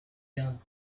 done